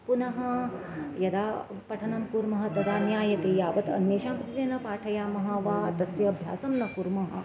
पुनः यदा पठनं कुर्मः तदा ज्ञायते यावत् अन्येषां कृते न पाठयामः वा तस्य अभ्यासं न कुर्मः